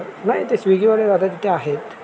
नाही ते स्विगीवाले दादा तिथे आहेत